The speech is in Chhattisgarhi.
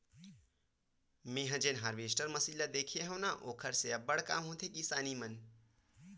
मेंहा जेन हारवेस्टर मसीन ल देखे हव न ओखर से अब्बड़ काम होथे किसानी मन